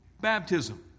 baptism